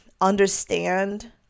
understand